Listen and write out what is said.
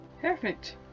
Perfect